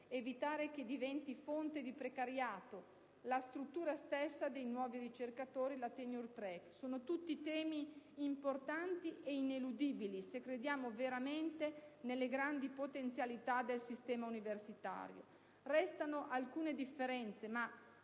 evitare che diventino fonte di precariato; alla struttura stessa dei nuovi ricercatori (*tenure track*). Sono tutti temi importanti ed ineludibili, se crediamo veramente nelle grandi potenzialità del sistema universitario. Restano alcune differenze ma,